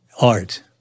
art